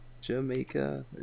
Jamaica